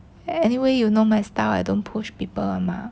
anyway you know my style I don't push people mah